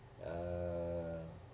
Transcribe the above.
uh